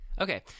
okay